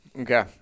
Okay